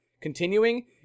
continuing